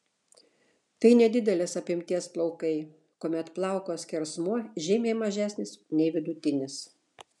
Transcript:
tai nedidelės apimties plaukai kuomet plauko skersmuo žymiai mažesnis nei vidutinis